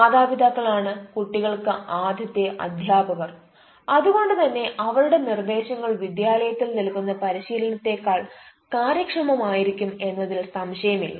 മാതാപിതാക്കൾ ആണ് കുട്ടികൾക്ക് ആദ്യത്തെ അധ്യാപകർ അത്കൊണ്ട് തന്നെ അവരുടെ നിർദേശങ്ങൾ വിദ്യാലയത്തിൽ നൽകുന്ന പരിശീലനത്തേക്കാൾ കാര്യക്ഷമം ആയിരിക്കും എന്നതിൽ സംശയമില്ല